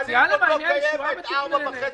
וחלפו כבר ארבע שנים וחצי.